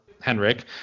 Henrik